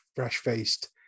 fresh-faced